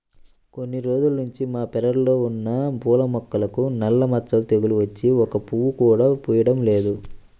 కొన్ని రోజుల్నుంచి మా పెరడ్లో ఉన్న పూల మొక్కలకు నల్ల మచ్చ తెగులు వచ్చి ఒక్క పువ్వు కూడా పుయ్యడం లేదు